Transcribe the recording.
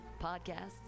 podcasts